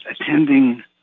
attending